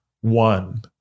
One